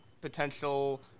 potential